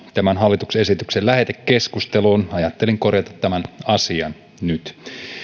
tämän hallituksen esityksen lähetekeskusteluun ajattelin korjata tämän asian nyt